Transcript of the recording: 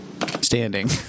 standing